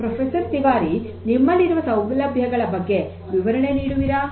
professor Tiwari ನಿಮ್ಮಲ್ಲಿರುವ ಸೌಲಭ್ಯಗಳ ಬಗ್ಗೆ ವಿವರಣೆ ನೀಡುವಿರಾ